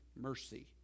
mercy